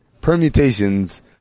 permutations